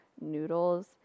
noodles